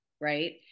right